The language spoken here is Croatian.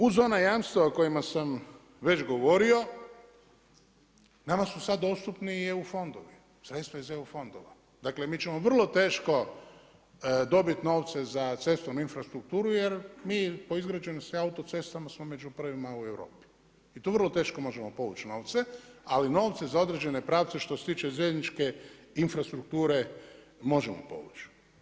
Uz ona jamstva o kojima sam već govorio nama su sada dostupni i EU fondovi, sredstva iz EU fondova, dakle mi ćemo vrlo teško dobiti novce za cestovnu infrastrukturu jer mi po izgrađenosti autocestama smo među prvima u Europi i tu vrlo teško možemo povući novce, ali novce za određene pravce što se tiče željezničke infrastrukture možemo povući.